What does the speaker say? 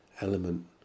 element